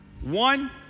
One